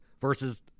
versus